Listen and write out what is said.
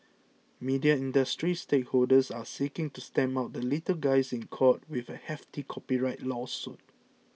media industry stakeholders are seeking to stamp out the little guys in court with a hefty copyright lawsuit